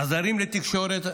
עזרים לתקשורת,